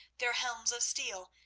their helms of steel,